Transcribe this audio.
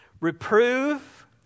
Reprove